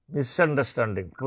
Misunderstanding